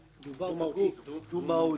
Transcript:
בגוף דו-מהותי,